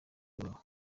babo